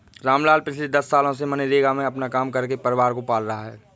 रामलाल पिछले दस सालों से मनरेगा में काम करके अपने परिवार को पाल रहा है